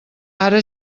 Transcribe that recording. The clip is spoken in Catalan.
ara